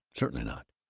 certainly not!